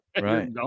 Right